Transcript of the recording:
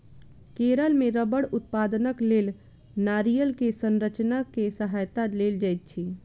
केरल मे रबड़ उत्पादनक लेल नारियल के संरचना के सहायता लेल जाइत अछि